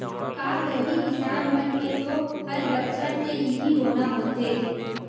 का करही किसान मन के तो हर बछर के इहीं रोना होथे